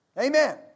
Amen